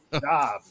job